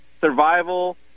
survival